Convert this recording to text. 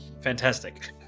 fantastic